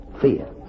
fear